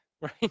right